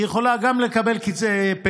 היא יכולה גם לקבל פנסיה,